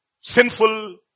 sinful